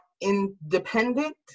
independent